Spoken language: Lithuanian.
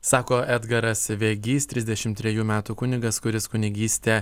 sako edgaras vegys trisdešimt trejų metų kunigas kuris kunigystę